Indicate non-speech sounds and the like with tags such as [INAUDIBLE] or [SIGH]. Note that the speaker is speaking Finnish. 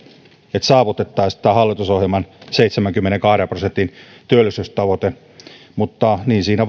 että saavutettaisiin tämä hallitusohjelman seitsemänkymmenenkahden prosentin työllisyystavoite mutta niin siinä [UNINTELLIGIBLE]